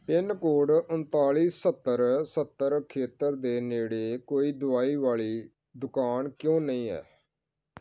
pin code ਉਨਤਾਲੀ ਸੱਤਰ ਸੱਤਰ ਖੇਤਰ ਦੇ ਨੇੜੇ ਕੋਈ ਦਵਾਈ ਵਾਲੀ ਦੁਕਾਨ ਕਿਉਂ ਨਹੀਂ ਹੈ